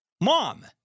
Mom